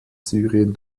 syrien